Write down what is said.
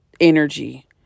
energy